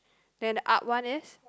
then up one is